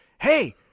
hey